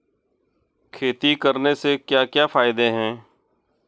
खेती करने से क्या क्या फायदे हैं?